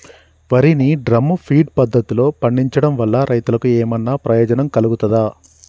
వరి ని drum feed పద్ధతిలో పండించడం వల్ల రైతులకు ఏమన్నా ప్రయోజనం కలుగుతదా?